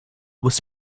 was